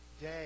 day